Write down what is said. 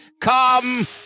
Come